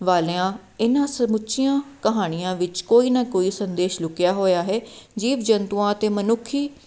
ਵਾਲਿਆਂ ਇਹਨਾਂ ਸਮੁੱਚੀਆਂ ਕਹਾਣੀਆਂ ਵਿੱਚ ਕੋਈ ਨਾ ਕੋਈ ਸੰਦੇਸ਼ ਲੁਕਿਆ ਹੋਇਆ ਹੈ ਜੀਵ ਜੰਤੂਆਂ ਅਤੇ ਮਨੁੱਖੀ